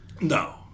No